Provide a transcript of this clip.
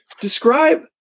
Describe